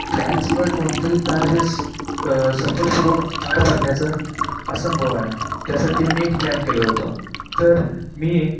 प्लॅनशिवाय कोणतंही कार्य स सफलपूर्वक पार पडण्याचं असंभव आहे त्यासाठी मी एक प्लॅन केलं होतं तर मी